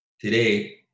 today